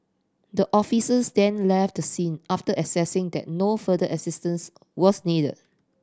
the officers then left the scene after assessing that no further assistance was need